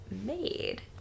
made